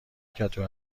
کدو